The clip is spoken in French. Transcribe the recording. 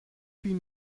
huit